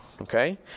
okay